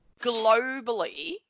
globally